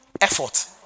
Effort